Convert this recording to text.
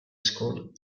school